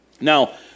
Now